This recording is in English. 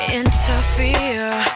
interfere